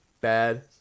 bad